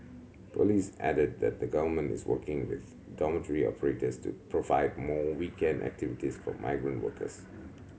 police added that the Government is working with dormitory operators to provide more weekend activities for migrant workers